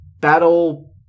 battle